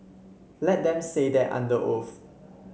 let them say that under oath